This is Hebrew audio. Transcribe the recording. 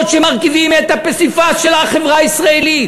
שמרכיבות את הפסיפס של החברה הישראלית.